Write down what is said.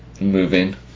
moving